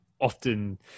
often